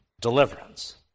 deliverance